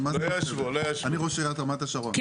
אני ראש עיריית רמת השרון,